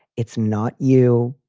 it's not you.